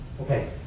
okay